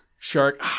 Shark